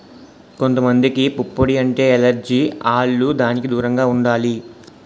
కొంత మందికి పుప్పొడి అంటే ఎలెర్జి ఆల్లు దానికి దూరంగా ఉండాలి